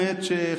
נתפס כך בציבור.